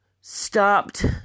stopped